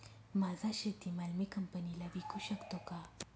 माझा शेतीमाल मी कंपनीला विकू शकतो का?